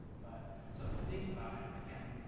but so if you think about it again